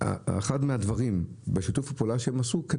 אחד מהדברים בשיתוף פעולה שהם עשו,